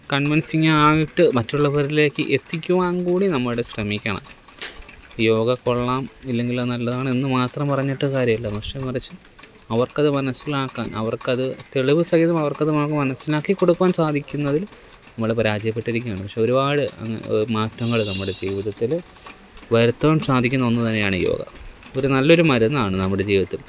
convincing ആയിട്ട് മറ്റുള്ളവരിലേക്ക് എത്തിക്കുവാന് കൂടി നമ്മുടെ ശ്രമിക്കണം യോഗ കൊള്ളാം ഇല്ലെങ്കിൽ അത് നല്ലതാണ് എന്ന് മാത്രം പറഞ്ഞിട്ട് കാര്യമില്ല പക്ഷെ മറിച്ചു അവര്ക്ക് അത് മനസ്സിലാക്കാന് അവര്ക്ക് അത് തെളിവ് സഹിതം അവര്ക്ക് അത് നമുക്ക് മനസ്സിലാക്കി കൊടുക്കുവാന് സാധിക്കുന്നതില് നമ്മൾ പരാജയപ്പെട്ടിരിക്കുകയാണ് പക്ഷെ ഒരുപാട് അങ്ങ് മാറ്റങ്ങൾ നമ്മുടെ ജീവിതത്തിൽ വരുത്തുവാന് സാധിക്കുന്ന ഒന്ന് തന്നെയാണ് യോഗ അപ്പം ഒരു നല്ല ഒരു മരുന്നാണ് നമ്മുടെ ജീവിതത്തില്